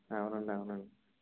అవునండి అవునండి